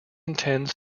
intends